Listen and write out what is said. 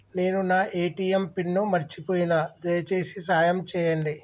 నేను నా ATM PIN మర్చిపోయిన, దయచేసి సాయం చేయండి